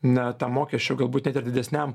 na tam mokesčiui galbūt net ir didesniam